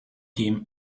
him